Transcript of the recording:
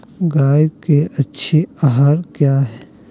गाय के अच्छी आहार किया है?